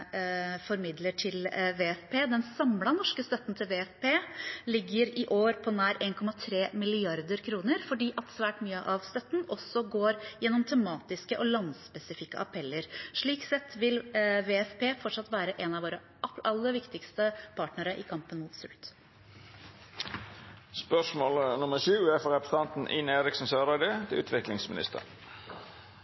formidler til WFP. Den samlede norske støtten til WFP ligger i år på nær 1,3 mrd. kr fordi svært mye av støtten også går gjennom tematiske og landspesifikke appeller. Slik sett vil WFP fortsatt være en av våre aller viktigste partnere i kampen mot sult. «I Prop. 1 S fra